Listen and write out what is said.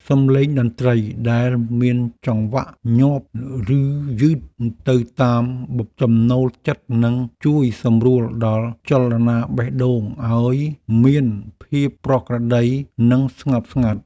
សម្លេងតន្ត្រីដែលមានចង្វាក់ញាប់ឬយឺតទៅតាមចំណូលចិត្តនឹងជួយសម្រួលដល់ចលនាបេះដូងឱ្យមានភាពប្រក្រតីនិងស្ងប់ស្ងាត់។